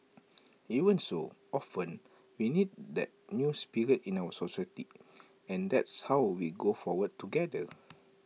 even so often we need that new spirit in our society and that's how we go forward together